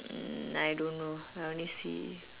hmm I don't know I only see